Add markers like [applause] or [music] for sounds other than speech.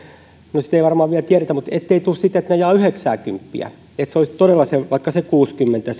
no sitä ei varmaan vielä tiedetä ettei tule sitä että ne ajavat yhdeksääkymppiä vaan että se olisi sitten todella vaikka se kuusikymmentä [unintelligible]